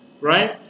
right